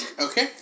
Okay